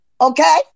Okay